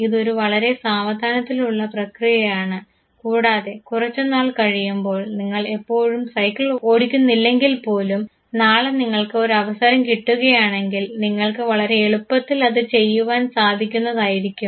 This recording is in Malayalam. ഇതൊരു വളരെ സാവധാനത്തിലുള്ള പ്രക്രിയയാണ് കൂടാതെ കുറച്ചുനാൾ കഴിയുമ്പോൾ നിങ്ങൾ എപ്പോഴും സൈക്കിൾ ഓടിക്കുന്നില്ലെങ്കിൽ പോലും നാളെ നിങ്ങൾക്ക് ഒരു അവസരം കിട്ടുകയാണെങ്കിൽ നിങ്ങൾക്ക് വളരെ എളുപ്പത്തിൽ അത് ചെയ്യുവാൻ സാധിക്കുന്നതായിരിക്കും